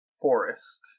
forest